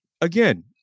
Again